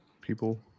people